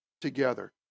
together